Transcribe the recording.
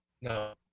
No